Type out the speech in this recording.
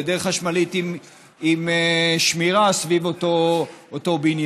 גדר חשמלית עם שמירה סביב אותו בניין.